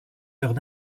heures